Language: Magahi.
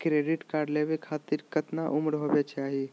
क्रेडिट कार्ड लेवे खातीर कतना उम्र होवे चाही?